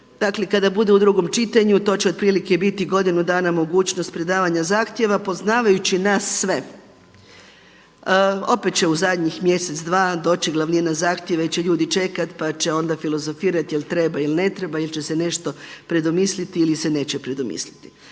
dakle kada bude u drugom čitanju to će otprilike biti godinu dana mogućnost predavanja zahtjeva. Poznavajući nas sve opet će u zadnjih mjesec, dva doći glavnina zahtjeva jer će ljudi čekati, pa će onda filozofirati jel' treba ili ne treba ili će se nešto predomisliti ili se neće predomisliti.